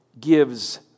gives